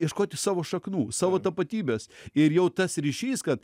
ieškoti savo šaknų savo tapatybės ir jau tas ryšys kad